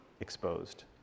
exposed